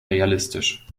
realistisch